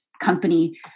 company